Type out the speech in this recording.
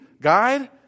guide